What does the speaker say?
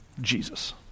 Jesus